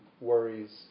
worries